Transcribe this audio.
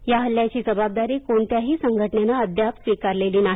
या हल्ल्याची जबाबदारी कोणत्याही संघटनेने अद्याप स्वीकारलेली नाही